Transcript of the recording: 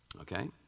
Okay